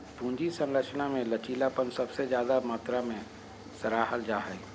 पूंजी संरचना मे लचीलापन सबसे ज्यादे मात्रा मे सराहल जा हाई